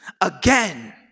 again